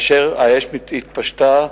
האש התפשטה,